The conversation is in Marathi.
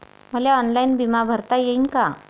मले ऑनलाईन बिमा भरता येईन का?